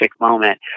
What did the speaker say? moment